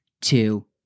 two